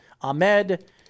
Ahmed